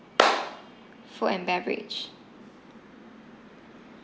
food and beverage